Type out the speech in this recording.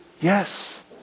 Yes